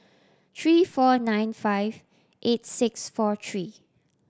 three four nine five eight six four three